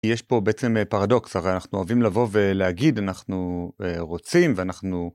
יש פה בעצם פרדוקס, הרי אנחנו אוהבים לבוא ולהגיד אנחנו רוצים ואנחנו.